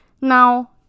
Now